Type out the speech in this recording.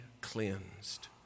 cleansed